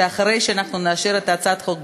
שאחרי שאנחנו נאשר את הצעת החוק,